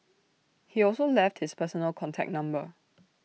he also left his personal contact number